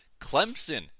Clemson